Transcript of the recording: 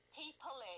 people